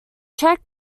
czech